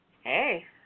Hey